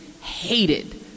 hated